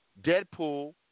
Deadpool